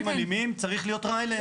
אנשים אלימים צריך להיות רע אליהם.